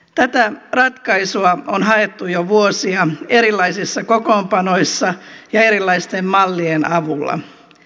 tätä ratkaisua on haettu jo vuosia erilaisissa kokoonpanoissa ja erilaisten mallien avulla